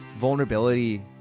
vulnerability